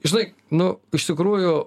žinai nu iš tikrųjų